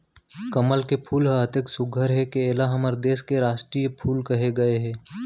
कमल के फूल ह अतेक सुग्घर हे कि एला हमर देस के रास्टीय फूल कहे गए हे